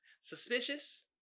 suspicious